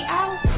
out